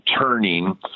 turning